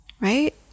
right